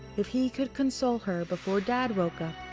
if he could console her before dad woke up,